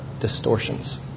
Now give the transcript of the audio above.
distortions